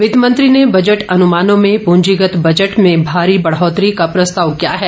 वित्तमंत्री ने बजट अनुमानों में प्रंजीगत बजट में भारी बढ़ोतरी का प्रस्ताव किया है